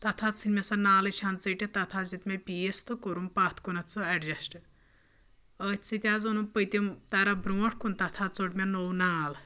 تَتھ حظ ژھٕنۍ مےٚ سۄ نالٕچ ہَن ژھٹِتھ تَتھ حظ دیُت مےٚ پیٖس تہٕ کوٚرُم پَتھ کُنَتھ سُہ اٮ۪ڈجَسٹ أتھۍ سۭتۍ حظ اوٚنُم پٔتِم طرف برونٛٹھ کُن تَتھ حظ ژوٚٹ مےٚ نوٚو نال